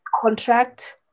contract